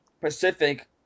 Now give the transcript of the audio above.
Pacific